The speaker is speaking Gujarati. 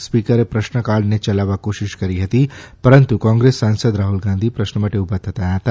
સ્પીકરે પ્રશ્નકાળને ચલાવવા કોશિશ કરી હતી પરંતુ કોંગ્રેસ સાંસદ રાહ્લ ગાંધી પ્રશ્ન માટે ઉભા થયા હતા